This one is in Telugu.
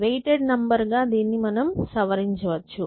వెయిటెడ్ నెంబర్ గా దీన్ని మనం సవరించవచ్చు